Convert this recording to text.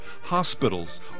hospitals